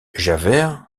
javert